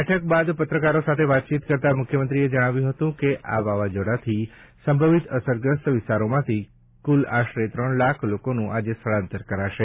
બેઠકબાદ પત્રકારો સાથે વાતચીત કરતા મુખ્યમંત્રીએ જણાવ્યું હતું કે આ વાવાઝોડાથી સંભવિત અસરગ્રસ્ત વિસ્તારોમાંથી કુલ આશરે ત્રણ લાખ લોકોનું આજે સ્થળાંતર કરાશે